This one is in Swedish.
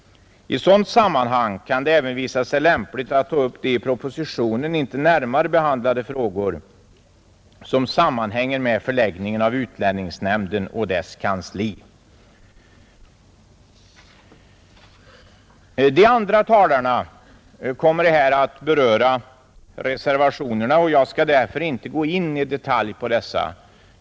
I sådant sammanhang kan det även visa sig lämpligt att ta upp de i propositionen inte närmare behandlade frågor som sammanhänger med förläggningen av utlänningsnämnden och dess kansli.” De följande talarna kommer att beröra reservationerna, och jag skall därför inte gå in på dessa i detalj.